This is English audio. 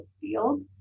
field